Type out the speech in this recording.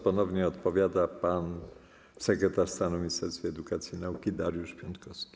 Ponownie odpowiada sekretarz stanu w Ministerstwie Edukacji i Nauki Dariusz Piontkowski.